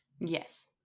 Yes